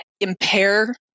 impair